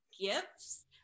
gifts